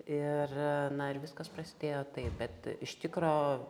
ir na ir viskas prasidėjo taip bet iš tikro